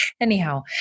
Anyhow